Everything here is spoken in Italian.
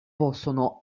possono